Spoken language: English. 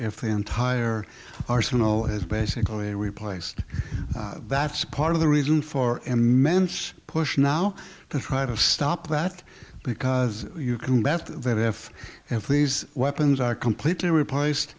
the entire arsenal is basically replaced that's part of the reason for immense push now to try to stop that because you can bet that if these weapons are completely replaced